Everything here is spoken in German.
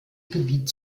gebiet